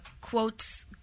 quotes